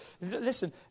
Listen